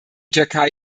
türkei